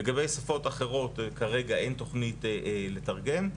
לגבי שפות אחרות, כרגע, אין תוכנית לתרגם.